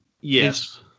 yes